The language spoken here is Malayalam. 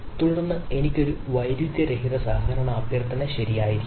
തുടർന്ന് എനിക്ക് ഒരു വൈരുദ്ധ്യരഹിത സഹകരണ അഭ്യർത്ഥന ശരിയായിരിക്കണം